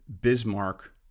Bismarck